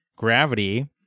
gravity